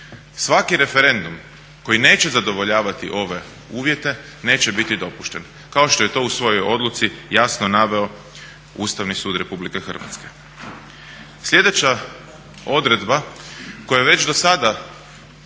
Svaki referendum koji neće zadovoljavati ove uvjete neće biti dopušten kao što je to u svojoj odluci jasno naveo Ustavni sud Republike Hrvatske. Sljedeća odredba koja je već do sada